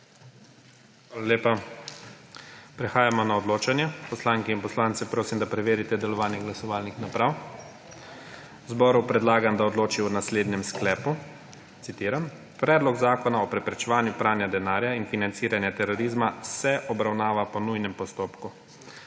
lepa. Prehajamo na odločanje. Poslanke in poslance prosim, da preverite delovanje glasovalnih naprav. Zboru predlagam, da odloči o naslednjem sklepu, citiram: Predlog Zakon o preprečevanju pravna denarja in financiranje terorizma se obravnava po nujnem postopku.